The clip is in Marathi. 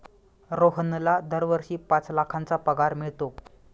रोहनला दरवर्षी पाच लाखांचा पगार मिळतो